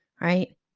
right